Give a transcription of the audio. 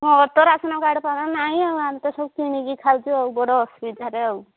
ମୋର ତ ration card ଫାର୍ଡ ନାହିଁ ଆଉ ଆମେ ତ ସବୁ କିଣିକି ଖାଉଛୁ ଆଉ ବଡ଼ ଅସୁବିଧାରେ ଆଉ